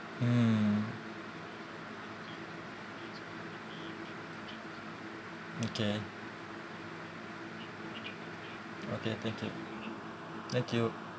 mm okay okay thank you thank you